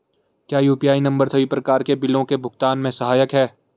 क्या UPI number सभी प्रकार के बिलों के भुगतान में सहायक हैं?